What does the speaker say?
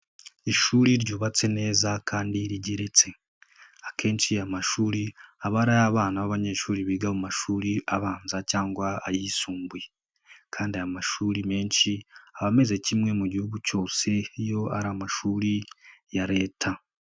Ishuri ryubatse neza kandi rigeretse, akenshi aya mashuri aba ari ay'abana b'abanyeshuri biga mu mashuri abanza cyangwa ayisumbuye ,kandi aya mashuri menshi aba ameze kimwe mu gihugu cyose iyo ari amashuri ya Leta.